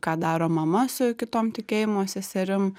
ką daro mama su kitom tikėjimo seserim